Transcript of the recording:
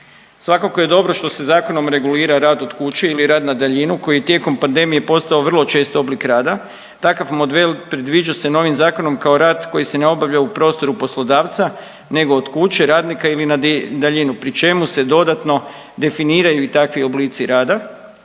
Svakako je dobro što se zakonom regulira rad od kuće ili rad na daljinu koji je tijekom pandemije postao vrlo čest oblik rada, takav model predviđa se novim zakonom kao rad koji se ne obavlja u prostoru poslodavca nego od kuće radnika ili na daljinu pri čemu se dodatno definiraju i takvi oblici rada.